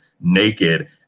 naked